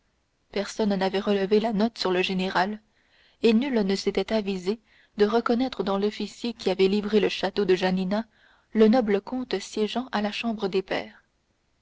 personne n'avait relevé la note sur le général et nul ne s'était avisé de reconnaître dans l'officier qui avait livré le château de janina le noble comte siégeant à la chambre des pairs